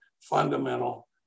fundamental